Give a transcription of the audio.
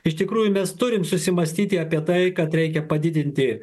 iš tikrųjų mes turime susimąstyti apie tai kad reikia padidinti